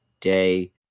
day